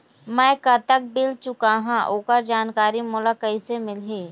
मैं कतक बिल चुकाहां ओकर जानकारी मोला कइसे मिलही?